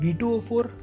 V2O4